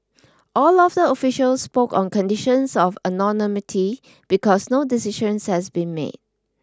all of the officials spoke on conditions of anonymity because no decisions has been made